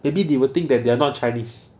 maybe they will think that they are not chinese